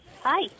Hi